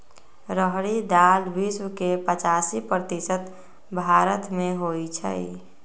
रहरी दाल विश्व के पचासी प्रतिशत भारतमें होइ छइ